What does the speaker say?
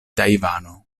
tajvano